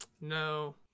no